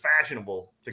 fashionable